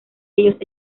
ellos